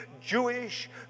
Jewish